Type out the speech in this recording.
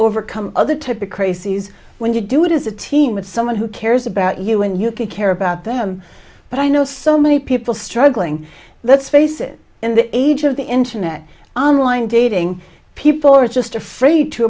overcome other to pick racey's when you do it as a team with someone who cares about you and you care about them but i know so many people struggling let's face it in the age of the internet on line dating people are just afraid to